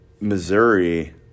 Missouri